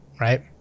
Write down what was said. right